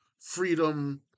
freedom